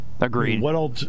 Agreed